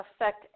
affect